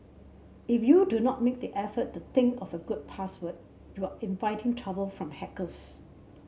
if you do not make the effort to think of a good password you are inviting trouble from hackers